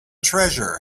treasure